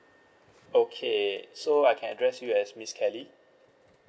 okay so I can address you as miss kelly